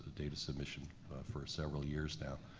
data submission for several years now.